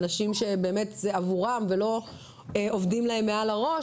מאנשים שבאמת זה עבורם ולא עובדים להם מעל הראש,